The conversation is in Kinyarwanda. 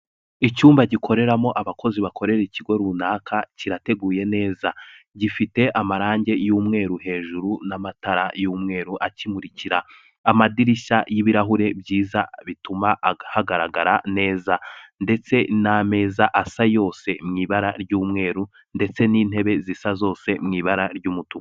Icyumba gikoreramo abakozi bakorera ikigo runaka, kirateguye neza. Gifite amarangi y'umweru hejuru n'amatara y'umweru akimurikira. Amadirishya y'ibirahure byiza bituma hagaragarara neza ndetse n'ameza asa yose mu ibara ry'umweru ndetse n'intebe zisa zose mu ibara ry'umutuku.